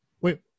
wait